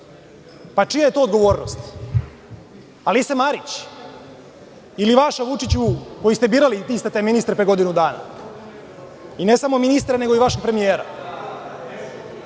Čija je to odgovornost? Alise Marić ili vaša, Vučiću, koji ste birali iste te ministre pre godinu dana i ne samo ministre već i vašeg premijera?